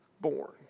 born